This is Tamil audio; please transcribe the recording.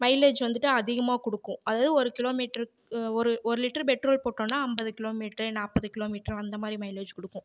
மைலேஜ் வந்துட்டு அதிகமாக கொடுக்கும் அதாவது ஒரு கிலோமீட்ரு ஒரு ஒரு லிட்டரு பெட்ரோல் போட்டோம்னா அம்பது கிலோமீட்ரு நாற்பது கிலோமீட்ரு அந்த மாதிரி மைலேஜ் கொடுக்கும்